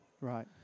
Right